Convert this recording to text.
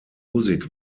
music